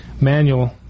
manual